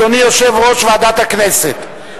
אדוני יושב-ראש ועדת הכנסת,